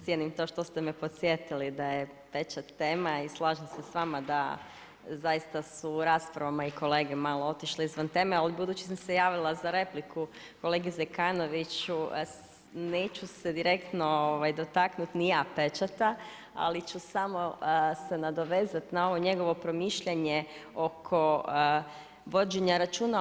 Cijenim to što ste me podsjetili da je pečat tema i slažem se s vama da zaista su u raspravama i kolege malo otišle izvan teme, ali budući da sam se javila za repliku, kolegi Zekanoviću, neću se direktno dotaknuti ni ja pečata, ali ću samo se nadovezati na ovo njegovo promišljanje oko vođenje računa.